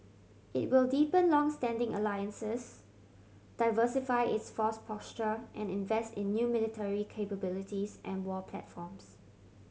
it will deepen long standing alliances diversify its force posture and invest in new military capabilities and war platforms